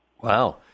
Wow